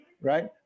right